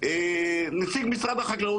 נציג משרד החקלאות,